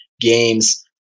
games